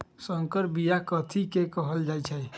संकर बिया कथि के कहल जा लई?